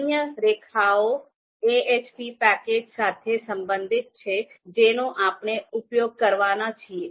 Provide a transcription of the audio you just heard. અન્ય રેખાઓ ahp package સાથે સંબંધિત છે જેનો આપણે ઉપયોગ કરવાના છીએ